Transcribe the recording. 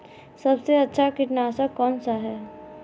सबसे अच्छा कीटनाशक कौनसा है?